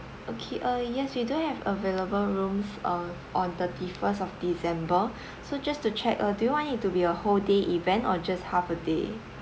okay uh yes we do have available rooms uh on thirty first of december so just to check uh do you want it to be a whole day event or just half a day